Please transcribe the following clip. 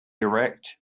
erect